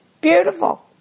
beautiful